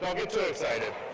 get too excited.